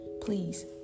please